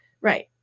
Right